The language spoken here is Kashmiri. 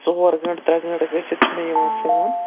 ژور گٲنٛٹہٕ ترٛےٚ گٲنٛٹہٕ گٔژھِتھ چھُ مےٚ یِوان فون